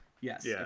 Yes